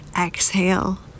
exhale